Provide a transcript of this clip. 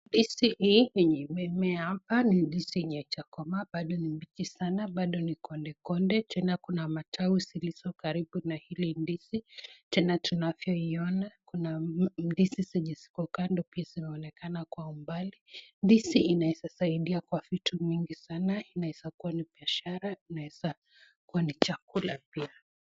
Hizi ni mimea, hapa ni ndizi yenye jaijakomaa, bado ni mbichi sana, bado ni konde konde, tena kuna matawi zilizo karibu na hili ndizi, tena tunavyoiona kuna ndizi zenye ziko kando pia zinaonekana kwa umbali. Ndizi inaeza saidia kwa vitu mingi sana, inaeza kuwa ni biashara inaeza kuwa ni chakula pia.